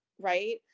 right